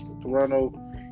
Toronto